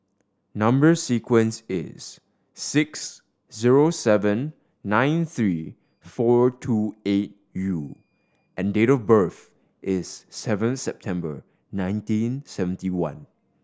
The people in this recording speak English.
number sequence is six zero seven nine three four two eight U and date of birth is seven September nineteen seventy one